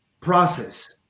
process